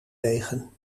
tegen